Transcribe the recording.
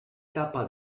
etapa